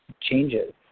changes